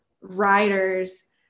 writers